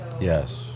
Yes